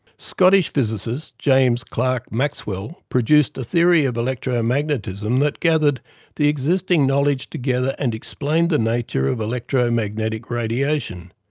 scottish physicist, james clerk maxwell, produced a theory of electromagnetism that gathered the existing knowledge together and explained the nature of electromagnetic radiation.